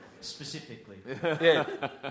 Specifically